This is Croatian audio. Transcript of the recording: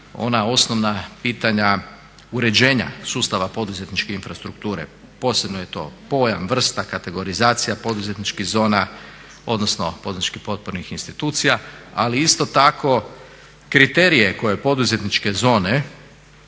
ona osnovna pitanja uređenja sustava poduzetničke infrastrukture. Posebno je to pojam, vrsta, kategorizacija poduzetničkih zona odnosno poduzetničkih potpornih institucija, ali isto tako kriterije koje poduzetničke zone,